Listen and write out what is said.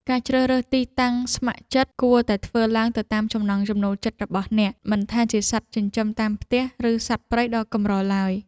ការជ្រើសរើសទីតាំងស្ម័គ្រចិត្តគួរតែធ្វើឡើងទៅតាមចំណង់ចំណូលចិត្តរបស់អ្នក មិនថាជាសត្វចិញ្ចឹមតាមផ្ទះ ឬសត្វព្រៃដ៏កម្រឡើយ។